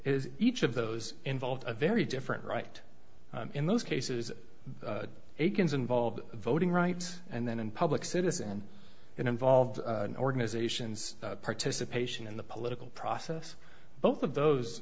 is each of those involved a very different right in those cases akins involved voting rights and then in public citizen and involved in organizations participation in the political process both of those